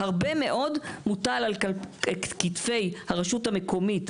הרבה מאוד מוטל על כתפי הרשות המקומית,